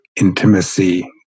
intimacy